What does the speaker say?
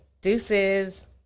Deuces